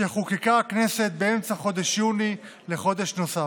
שחוקקה הכנסת באמצע חודש יוני, לחודש נוסף.